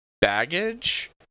baggage